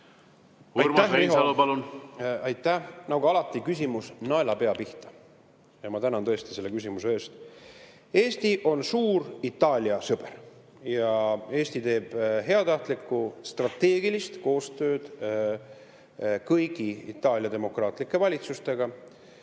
Aitäh! Nagu alati küsimus naelapea pihta. Ma tänan tõesti selle küsimuse eest! Eesti on suur Itaalia sõber ja Eesti teeb heatahtlikku strateegilist koostööd kõigi Itaalia demokraatlike valitsustega.